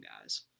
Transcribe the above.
guys